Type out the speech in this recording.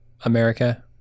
America